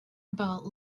about